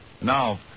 Now